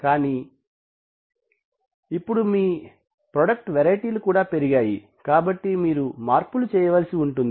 కానీ ఇప్పుడు మీ మీ ప్రోడక్ట్ వెరైటీలు కూడా పెరిగాయి కాబట్టి మీరు మార్పులు చేయవలసి ఉంటుంది